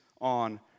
on